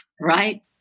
Right